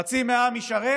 חצי מהעם ישרת